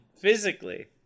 physically